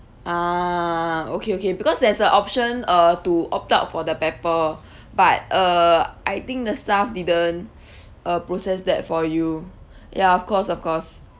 ah okay okay because there's a option uh to opt out for the pepper but uh I think the staff didn't uh process that for you ya of course of course